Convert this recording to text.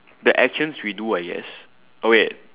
the actions we do I guess oh wait